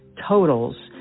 totals